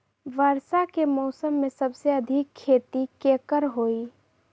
वर्षा के मौसम में सबसे अधिक खेती केकर होई?